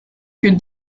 que